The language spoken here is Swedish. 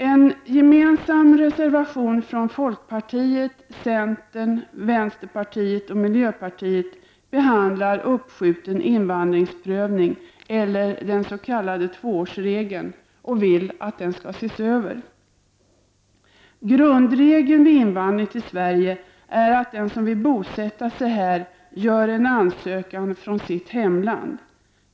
En gemensam reservation från folkpartiet, centern, vänsterpartiet och miljöpartiet behandlar uppskjuten invandringsprövning eller den s.k. tvåårsregeln och vill att den skall ses över. Grundregeln vid invandring till Sverige är att den som vill bosätta sig här skall göra en ansökan från sitt hemland.